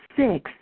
six